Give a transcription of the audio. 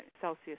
Celsius